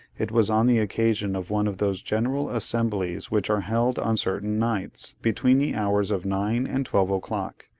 it was on the occasion of one of those general assemblies which are held on certain nights, between the hours of nine and twelve o'clock,